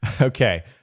Okay